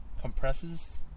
compresses